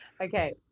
okay